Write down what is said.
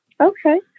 Okay